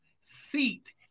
seat